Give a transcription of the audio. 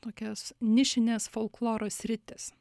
tokios nišinės folkloro sritys